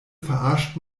verarscht